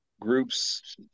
groups